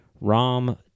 Rom